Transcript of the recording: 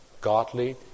godly